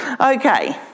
Okay